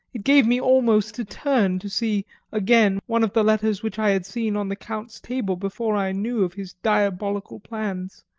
it gave me almost a turn to see again one of the letters which i had seen on the count's table before i knew of his diabolical plans.